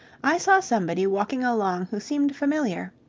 i saw somebody walking along who seemed familiar.